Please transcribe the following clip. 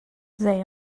they